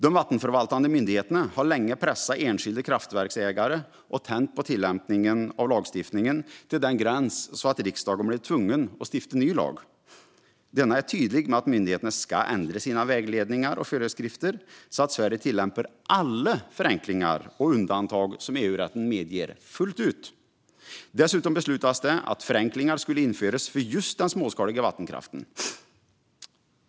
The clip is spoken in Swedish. De vattenförvaltande myndigheterna har länge pressat enskilda kraftverksägare och tänjt på tillämpningen av lagstiftningen, till den gräns att riksdagen blev tvungen att stifta ny lag. Denna är tydlig med att myndigheterna ska ändra sina vägledningar och föreskrifter så att Sverige fullt ut tillämpar alla förenklingar och undantag som EU-rätten medger. Dessutom beslutades det att förenklingar skulle införas för just den småskaliga vattenkraften.